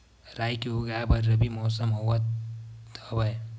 राई के उगाए बर रबी मौसम होवत हवय?